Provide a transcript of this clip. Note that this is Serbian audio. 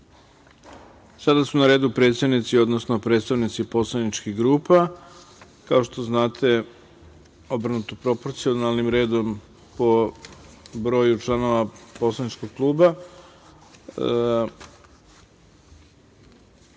(Ne)Sada su na redu predsednici, odnosno predstavnici poslaničkih grupa, kao što znate, obrnuto proporcionalnim redom po broju članova poslaničkih grupa. Reč